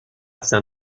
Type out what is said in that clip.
saint